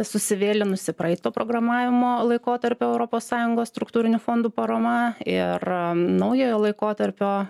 susivėlinusi praeito programavimo laikotarpio europos sąjungos struktūrinių fondų parama ir naujojo laikotarpio